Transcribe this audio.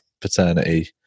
paternity